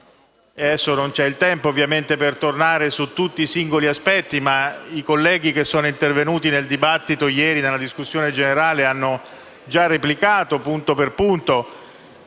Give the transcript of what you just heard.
non c'è il tempo per tornare su tutti i singoli aspetti, ma i colleghi intervenuti ieri in discussione generale hanno già replicato, punto per punto: